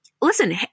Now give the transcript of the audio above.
listen